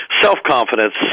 self-confidence